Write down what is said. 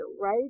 right